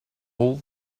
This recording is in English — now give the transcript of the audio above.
all